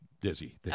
dizzy